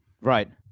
Right